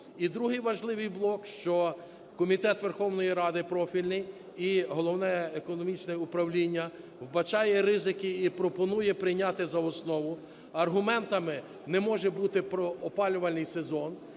І другий важливий блок, що комітет Верховної Ради профільний і головне економічне управління вбачає ризики і пропонує прийняти за основу, аргументами не може бути опалювальний сезон.